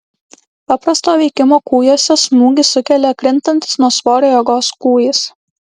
paprasto veikimo kūjuose smūgį sukelia krintantis nuo svorio jėgos kūjis